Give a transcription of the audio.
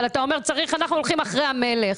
אבל אתה אומר שאנחנו הולכים אחרי המלך.